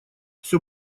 все